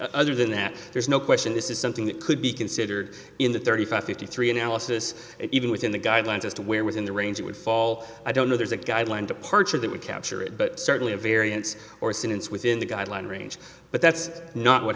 other than that there's no question this is something that could be considered in the thirty five fifty three analysis even within the guidelines as to where within the range it would fall i don't know there's a guideline departure that would capture it but certainly a variance or since within the guideline range but that's not what